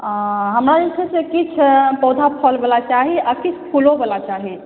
हमरा जे छै किछु पौधा फलबला चाही आ किछु फूलोबला चाही